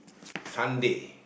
Sunday